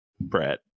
Brett